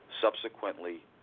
Subsequently